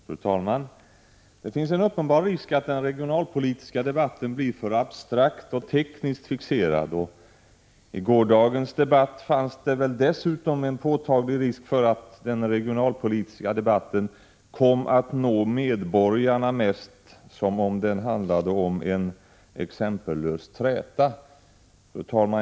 Fru talman! Det finns en uppenbar risk att den regionalpolitiska debatten blir för abstrakt och tekniskt fixerad. I gårdagens debatt fanns det dessutom en påtaglig risk för att den regionalpolitiska debatten kom att nå medborgarna som om den enbart handlade om en exempellös träta.